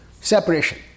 Separation